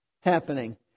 happening